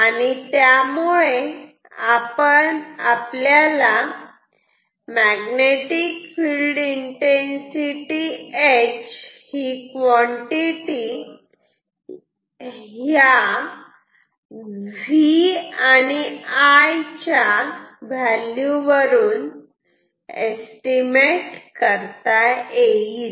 आणि त्यामुळे आपल्याला मॅग्नेटिक फिल्ड इन्टेन्सिटी H ही क्वांटिटी या V आणि I च्या व्हॅल्यू वरून एस्टिमेट करता येईल